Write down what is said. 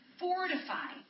fortify